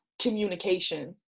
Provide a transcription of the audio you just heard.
communication